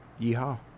Yeehaw